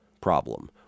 problem